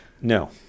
No